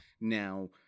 Now